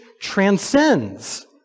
transcends